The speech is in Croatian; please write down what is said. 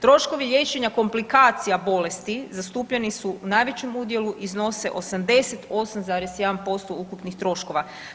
Troškovi liječenja komplikacija bolesti zastupljeni su u najvećem udjelu iznose 88,1% ukupnih troškova.